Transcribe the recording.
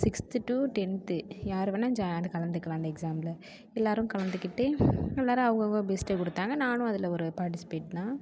sixth to tenth யார் வேணா அது கலந்துக்கலாம் அந்த எக்ஸாமில் எல்லாரும் கலந்துகிட்டு எல்லாரும் அவங்க அவங்க பெஸ்ட்டை கொடுத்தாங்க நானும் அதில் ஒரு பார்ட்டிசிபேட்தான்